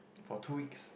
for two weeks